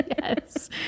Yes